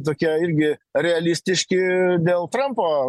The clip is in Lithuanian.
tokie irgi realistiški dėl trampo